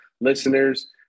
listeners